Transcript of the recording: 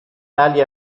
tali